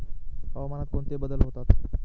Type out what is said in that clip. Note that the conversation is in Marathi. हवामानात कोणते बदल होतात?